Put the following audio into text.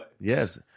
yes